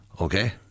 Okay